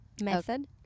method